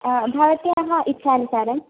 भवत्याः इच्छानुसारं